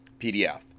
PDF